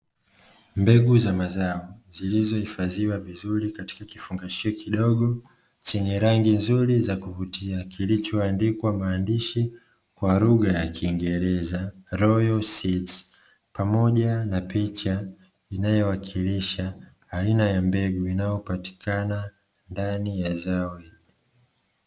Mbegu za mazao zilizohifadhiwa vizuri katika kifungashio kidogo chenye rangi nzuri za kuvutia kilichoandikwa maandishi kwa lugha ya kiingereza 'royalseed', pamoja na picha inayowakilisha aina ya mbegu inayopatikana ndani ya zao hilo.